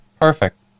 Perfect